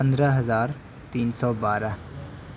پندرہ ہزار تین سو بارہ